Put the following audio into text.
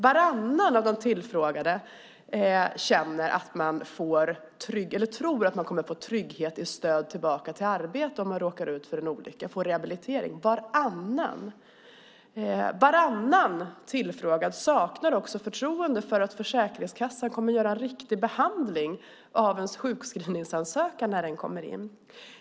Varannan av de tillfrågade tror att man kommer att få trygghet i stöd och rehabilitering tillbaka till arbetet om man råkar ut för en olycka. Varannan tillfrågad saknar också förtroende för att Försäkringskassan kommer att göra en riktig behandling av ens sjukskrivningsansökan när den kommer in.